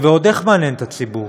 זה ועוד איך מעניין את הציבור,